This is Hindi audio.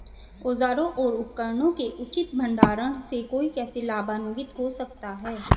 औजारों और उपकरणों के उचित भंडारण से कोई कैसे लाभान्वित हो सकता है?